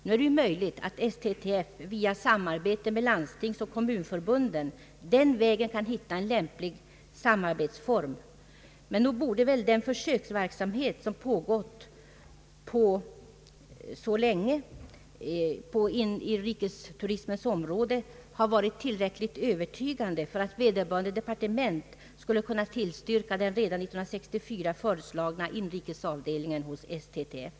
Nu är det möjligt att Svenska turisttrafikförbundet via samarbe te med landstingsoch kommunförbunden den vägen kan: hitta en lämplig samarbetsform. Men nog borde väl den försöksverksamhet som pågått på inrikesturismens område ha varit tillräckligt övertygande för att vederbörande departement skulle kunna tillstyrka den redan 1964 föreslagna inrikesavdelningen hos Svenska turisttrafikförbundet.